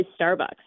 Starbucks